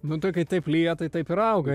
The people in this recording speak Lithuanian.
nu tai kai taip lyja tai taip ir auga